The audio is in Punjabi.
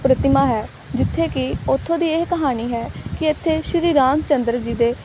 ਪ੍ਰਤਿਮਾ ਹੈ ਜਿੱਥੇ ਕਿ ਉੱਥੋਂ ਦੀ ਇਹ ਕਹਾਣੀ ਹੈ ਕਿ ਇੱਥੇ ਸ਼੍ਰੀ ਰਾਮ ਚੰਦਰ ਜੀ ਦੇ